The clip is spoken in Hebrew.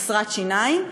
חסרת שיניים,